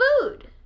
food